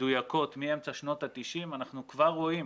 מדויקות מאמצע שנות ה-90, אנחנו כבר רואים